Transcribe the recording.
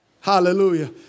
Hallelujah